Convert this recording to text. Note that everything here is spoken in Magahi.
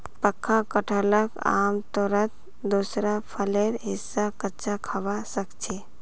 पक्का कटहलक आमतौरत दूसरा फलेर हिस्सा कच्चा खबा सख छि